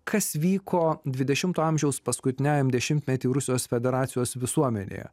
kas vyko dvidešimto amžiaus paskutiniajam dešimtmety rusijos federacijos visuomenėje